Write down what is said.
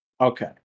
Okay